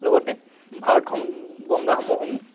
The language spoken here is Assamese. লগতে ভাৰত সং গংগা সমভূমি